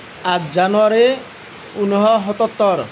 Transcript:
আঠ জানুৱাৰী ঊনৈছশ সাতসত্তৰ